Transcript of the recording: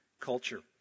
culture